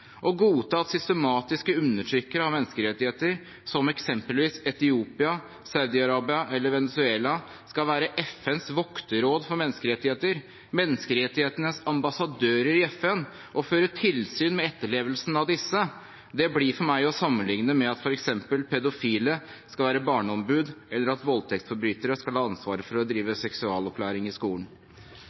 Å godta at systematiske undertrykkere av menneskerettigheter, som eksempelvis Etiopia, Saudi-Arabia eller Venezuela, skal være FNs vokterråd for menneskerettigheter – menneskerettighetenes ambassadører i FN – og føre tilsyn med etterlevelsen av disse, blir for meg å sammenligne med f.eks. at pedofile skal være barneombud, eller at voldtektsforbrytere skal ha ansvaret for å drive seksualopplysning i skolen.